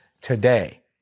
today